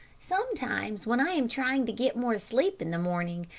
sometimes when i am trying to get more sleep in the morning,